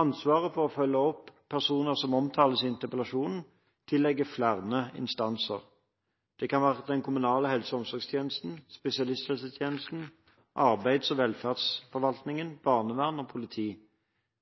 Ansvaret for å følge opp personer som omtales i interpellasjonen tilligger flere instanser. Dette kan være den kommunale helse- og omsorgstjenesten, spesialisthelsetjenesten, arbeids- og velferdsforvaltningen, barnevern og politi.